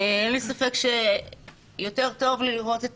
אין לי ספק שיותר טוב לי לראות את